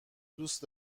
دوست